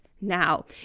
now